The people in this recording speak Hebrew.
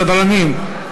סדרנים,